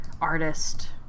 artist